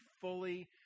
fully